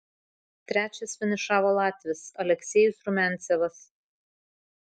trečias finišavo latvis aleksejus rumiancevas